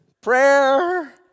prayer